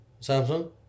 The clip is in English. Samsung